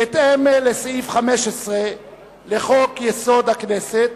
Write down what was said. בהתאם לסעיף 15 לחוק-יסוד: הכנסת,